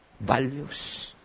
Values